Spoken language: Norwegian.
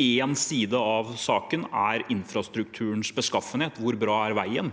én side av saken infrastrukturens beskaffenhet – hvor bra er veien?